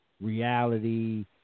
reality